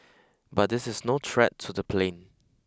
but this is no threat to the plane